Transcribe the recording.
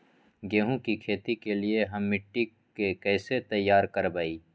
गेंहू की खेती के लिए हम मिट्टी के कैसे तैयार करवाई?